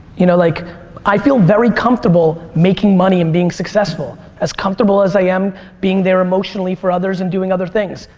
you know like i feel comfortable making money and being successful. as comfortable as i am being there emotionally for others and doing other things.